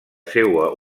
seua